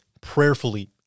prayerfully